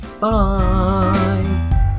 bye